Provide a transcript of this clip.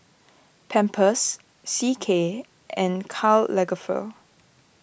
Pampers C K and Karl Lagerfeld